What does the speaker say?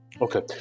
okay